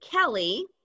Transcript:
Kelly